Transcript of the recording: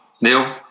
Neil